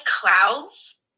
Clouds